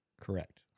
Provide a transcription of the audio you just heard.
Correct